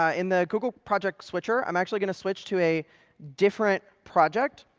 ah in the google project switcher, i'm actually going to switch to a different project.